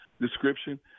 description